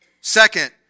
Second